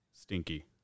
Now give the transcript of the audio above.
Stinky